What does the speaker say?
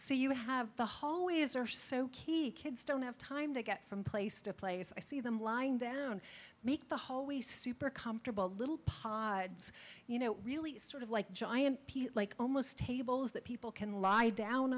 so you have the hallways are so key kids don't have time to get from place to place i see them lying down make the hallways super comfortable little pods you know really sort of like giant like almost tables that people can lie down